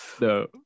no